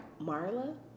Marla